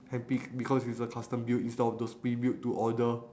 hand pick because it's a custom build instead of those pre build to order